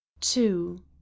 two